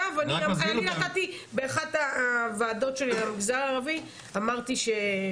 באחת הוועדות של המגזר הערבי אמרתי,